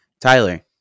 Tyler